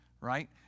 right